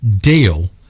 Deal